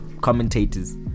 commentators